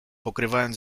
pokrywając